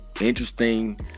interesting